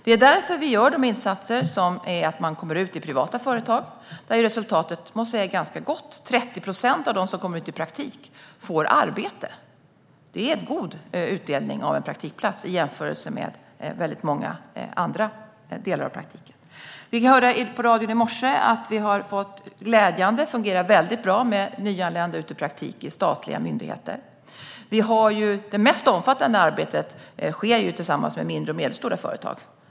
Det är därför vi gör insatser för att man ska komma ut i privata företag. Där är resultatet ganska gott, må jag säga - 30 procent av dem som kommer ut i praktik får arbete. Det är god utdelning av en praktikplats jämfört med många andra delar av praktiken. Vi fick höra glädjande nyheter på radion i morse: Det fungerar väldigt bra med nyanlända ute på praktik i statliga myndigheter. Det mest omfattande arbetet sker tillsammans med små och medelstora företag.